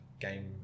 Game